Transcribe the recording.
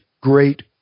great